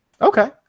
Okay